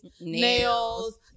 nails